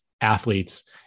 athletes